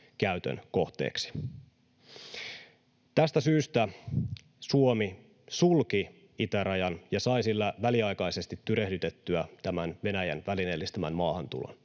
käytön kohteeksi. Tästä syystä Suomi sulki itärajan ja sai sillä väliaikaisesti tyrehdytettyä tämän Venäjän välineellistämän maahantulon.